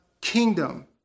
kingdom